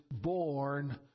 born